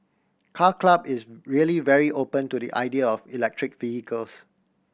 Car Club is really very open to the idea of electric vehicles